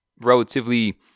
relatively